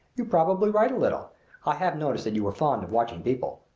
you probably write a little i have noticed that you are fond of watching people.